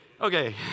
Okay